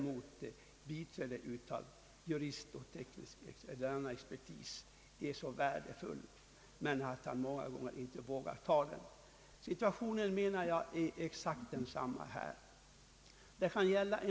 Biträde av juridisk, teknisk eller annan expertis är värdefullt, men han vågar många gånger inte anlita sådan. Situationen är exakt densamma för den enskilde såväl vid fastighetsdomstol som vid koncessionsnämnd.